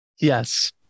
Yes